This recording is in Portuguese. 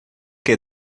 que